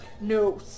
no